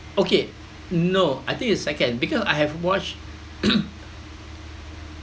okay no I think it's second because I have watched